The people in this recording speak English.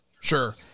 Sure